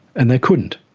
and they couldn't.